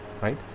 Right